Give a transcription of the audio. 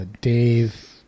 Dave